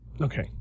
Okay